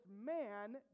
man